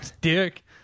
dick